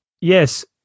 yes